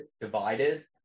divided